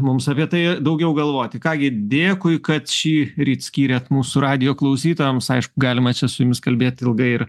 mums apie tai daugiau galvoti ką gi dėkui kad šįryt skyrėt mūsų radijo klausytojams aišku galima čia su jumis kalbėt ilgai ir